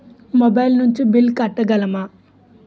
Mobile నుంచి bill కట్టగలమ?